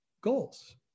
goals